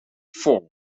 form